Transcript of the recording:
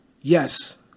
yes